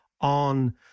on